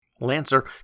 Lancer